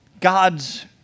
God's